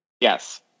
Yes